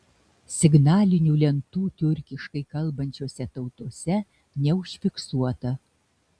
signalinių lentų tiurkiškai kalbančiose tautose neužfiksuota